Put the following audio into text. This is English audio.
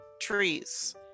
trees